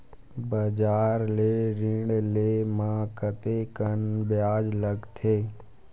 बजार ले ऋण ले म कतेकन ब्याज लगथे?